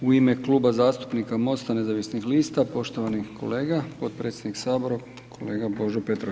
U ime Kluba zastupnika MOST-a nezavisnih lista poštovani kolega potpredsjednik Sabora kolega Božo Petrov.